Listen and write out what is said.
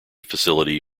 facility